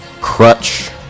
Crutch